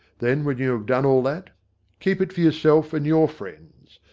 then when you have done all that keep it for yourself and your friends.